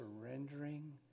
surrendering